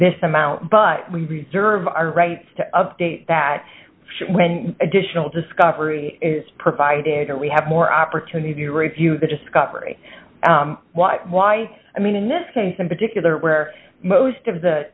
this amount but we reserve our rights to update that when additional discovery is provided or we have more opportunity to review the discovery why i mean in this case in particular where most of the